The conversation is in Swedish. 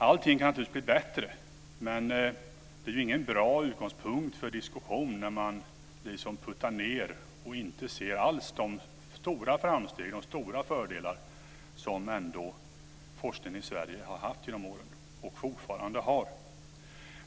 Allting kan naturligtvis bli bättre, men det är ingen bra utgångspunkt för diskussion när man inte alls ser de stora fördelar som forskningen i Sverige ändå har haft genom åren och fortfarande har.